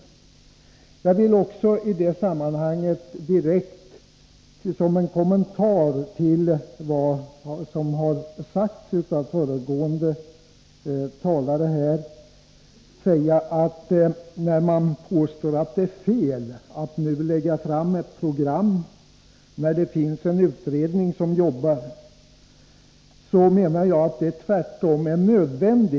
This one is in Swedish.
Som en direkt kommentar till vad som sagts av föregående talare, nämligen att det är fel att nu lägga fram ett program när det finns en Nr 45 utredning, vill jag framhålla att jag anser att det tvärtom är nödvändigt.